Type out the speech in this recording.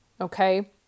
okay